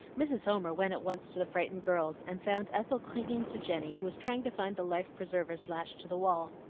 mrs. homer went at once to the frightened girls, and found ethel clinging to jenny, who was trying to find the life-preservers lashed to the wall.